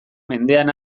mendean